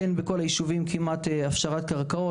אין בכל הישובים כמעט הפשרת קרקעות,